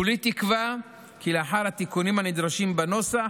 כולי תקווה כי לאחר התיקונים הנדרשים בנוסח